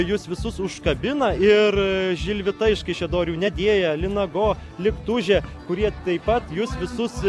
jus visus užkabina ir žilvinta iš kaišiadorių nedėja linago liktužė kurie taip pat jus visus